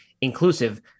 inclusive